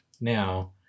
now